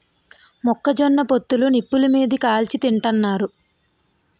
మొక్క జొన్న పొత్తులు నిప్పులు మీది కాల్చి తింతన్నారు